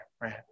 right